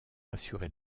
assurer